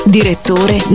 direttore